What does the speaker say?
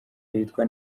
yitwa